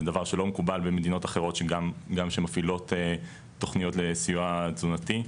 זה דבר שלא מקובל במדינות אחרות שמפעילות גם תוכניות לסיוע תזונתי.